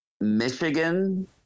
Michigan